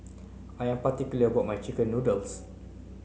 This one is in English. I am particular about my chicken noodles